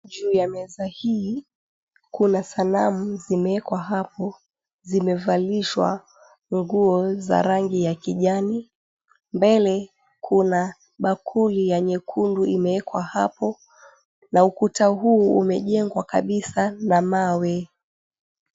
Juu ya meza hii, kuna sanamu zimewekwa hapo, zimevalishwa nguo za rangi ya kijani. Mbele kuna bakuli ya nyekundu imeekwa hapo na ukuta huu umejengwa kabisa na mawe.